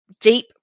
Deep